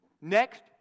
Next